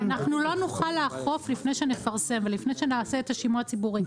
אנחנו לא נוכל לאכוף לפני שנפרסם ולפני שנעשה את השימוע הציבורי,